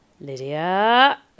Lydia